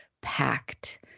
packed